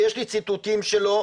ויש לי ציטוטים שלו,